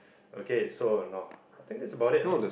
okay so no I think that's about it uh